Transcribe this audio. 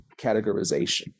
categorization